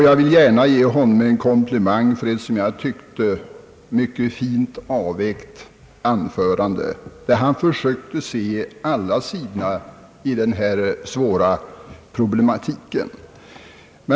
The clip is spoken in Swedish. Jag vill gärna ge honom en komplimang för ett som jag tycker mycket fint avvägt anförande, i vilket han försökte se alla sidorna av den här svåra problematiken.